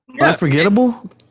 Unforgettable